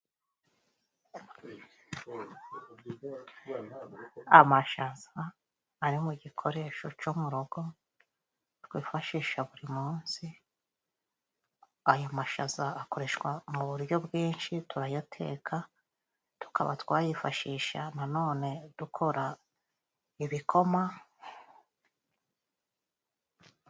Amashaza ari mu gikoresho cyo mu rugo twifashisha buri munsi. Ayo mashaza akoreshwa mu buryo bwinshi turayateka tukaba twayifashisha nanone dukora ibikoma.